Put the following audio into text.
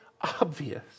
obvious